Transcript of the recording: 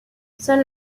seule